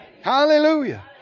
Hallelujah